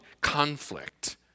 conflict